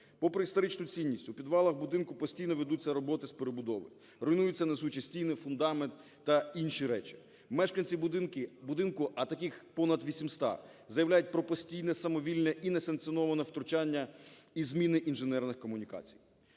Попри історичну цінність у підвалах будинку постійно ведуться роботи з перебудови, руйнуються несучі стіни, фундамент та інші речі. Мешканці будинку, а таких понад 800, заявляють про постійне самовільне і несанкціоноване втручання і зміни інженерних комунікацій.